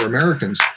Americans